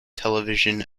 television